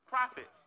Profit